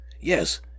yes